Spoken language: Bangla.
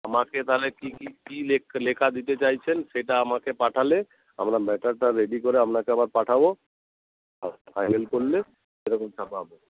আমাকে তাহলে কী কী কী লেখ লেখা দিতে চাইছেন সেটা আমাকে পাঠালে আমরা ম্যাটারটা রেডি করে আপনাকে আবার পাঠাবো আর ফাইনাল করলে সেরকম ছাপাবো